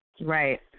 Right